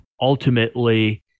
ultimately